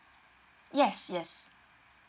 yes yes